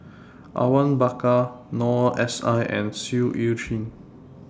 Awang Bakar Noor S I and Seah EU Chin